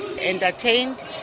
entertained